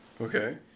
Okay